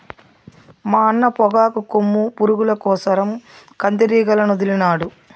మా అన్న పొగాకు కొమ్ము పురుగుల కోసరం కందిరీగలనొదిలినాడు